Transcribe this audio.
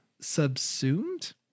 subsumed